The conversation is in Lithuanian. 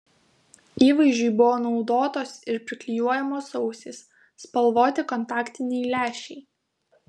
įvaizdžiui buvo naudotos ir priklijuojamos ausys spalvoti kontaktiniai lęšiai